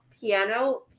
piano